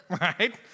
right